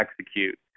execute